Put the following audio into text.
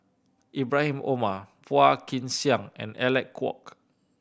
Ibrahim Omar Phua Kin Siang and Alec Kuok